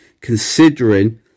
considering